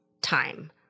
time